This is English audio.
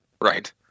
Right